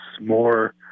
more